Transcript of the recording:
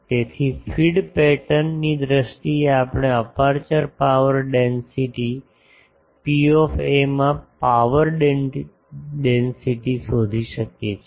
તેથી ફીડ પેટર્નની દ્રષ્ટિએ આપણે અપેર્ચર પાવર ડિન્સિટી P માં પાવર ડેન્સિટી શોધી શકીએ છીએ